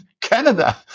Canada